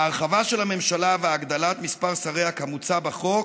ההרחבה של הממשלה והגדלת מספר שריה כמוצע בחוק